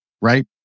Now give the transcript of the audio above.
right